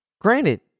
Granted